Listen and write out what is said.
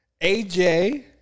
AJ